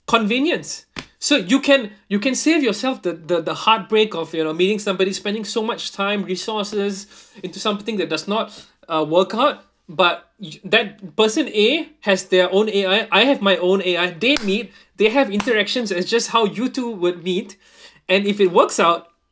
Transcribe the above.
convenience so you can you can save yourself the the the heartbreak of you know meeting somebody spending so much time resources into something that does not uh work out but that person a has their own A_I I have my own A_I they meet they have interactions as just how you two would meet and if it works out